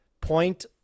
point